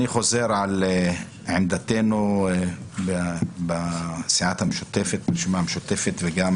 אני חוזר על עמדתנו בסיעת הרשימה המשותפת וגם